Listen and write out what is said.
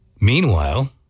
Meanwhile